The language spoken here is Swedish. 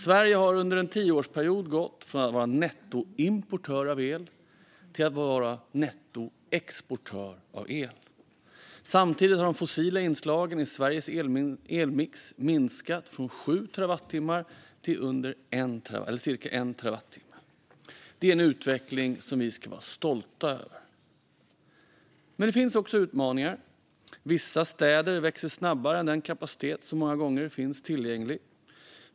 Sverige har under en tioårsperiod gått från att vara nettoimportör av el till att vara nettoexportör av el. Samtidigt har de fossila inslagen i Sveriges elmix minskat från sju terawattimmar till cirka en terawattimme. Det är en utveckling som vi ska vara stolta över. Men det finns också utmaningar. Vissa städer växer snabbare än den kapacitet som många gånger finns tillgänglig.